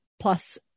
plus